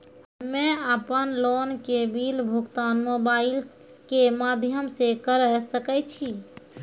हम्मे अपन लोन के बिल भुगतान मोबाइल के माध्यम से करऽ सके छी?